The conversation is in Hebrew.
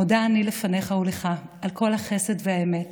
"מודה אני / לפניך ולך / על כל החסד והאמת